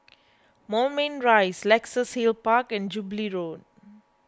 Moulmein Rise Luxus Hill Park and Jubilee Road